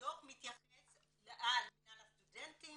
הדו"ח מתייחס לכך שלמינהל הסטודנטים